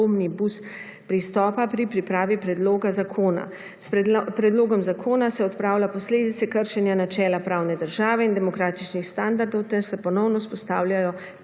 omnibus pristopa pri pripravi predloga zakona. S predlogom zakona se odpravlja posledice kršenja načela pravne države in demokratičnih standardov ter se ponovno vzpostavljajo